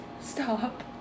stop